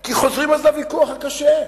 כי חוזרים לוויכוח הקשה: